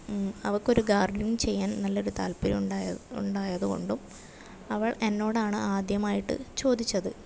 അവൾക്കൊരു ഗാർഡനിങ് ചെയ്യാൻ നല്ലൊരു താൽപര്യം ഉണ്ടാ ഉണ്ടായതുകൊണ്ടും അവൾ എന്നോടാണ് ആദ്യമായിട്ട് ചോദിച്ചത്